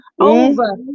over